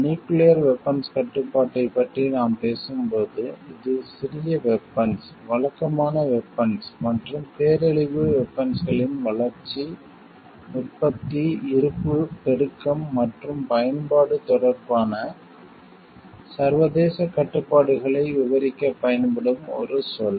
nuclear weapons கட்டுப்பாட்டைப் பற்றி நாம் பேசும்போது இது சிறிய வெபன்ஸ் வழக்கமான வெபன்ஸ் மற்றும் பேரழிவு வெபன்ஸ்களின் வளர்ச்சி உற்பத்தி இருப்பு பெருக்கம் மற்றும் பயன்பாடு தொடர்பான சர்வதேச கட்டுப்பாடுகளை விவரிக்கப் பயன்படும் ஒரு சொல்